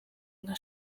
nka